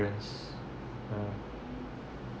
ah